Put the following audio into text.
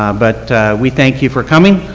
um but we thank you for coming,